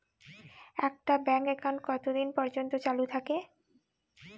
একটা bank account কতদিন পর্যন্ত চালু থাকে?